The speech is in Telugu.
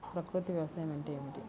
ప్రకృతి వ్యవసాయం అంటే ఏమిటి?